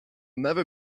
never